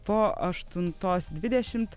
po aštuntos dvidešimt